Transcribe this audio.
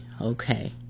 okay